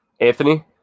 Anthony